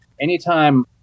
Anytime